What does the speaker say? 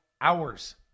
hours